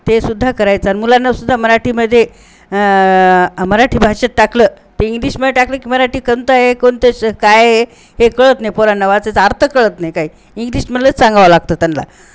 ते सुद्धा करायचं अन मुलांनासुद्धा मराठीमध्ये मराठी भाषेत टाकलं ते इंग्लिशमध्ये टाकलं की मराठी कोणतं आहे कोणतं श काय आहे हे कळत नाही पोरांना वाचायचा अर्थ कळत नाही काही इंग्लिश मधलंच सांगावं लागतं त्यान्ला